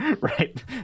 Right